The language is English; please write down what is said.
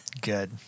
Good